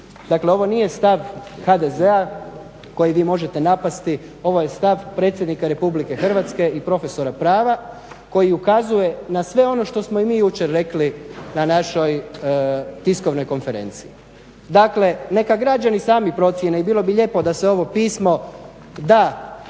Dakle, ovo nije stav HDZ-a koji vi možete napasti, ovo je stav predsjednika RH i profesora prava koji ukazuje na sve ono što smo i mi jučer rekli na našoj tiskovnoj konferenciji. Dakle, neka građani sami procijene i bilo bi lijepo da se ovo pismo da